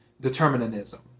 determinism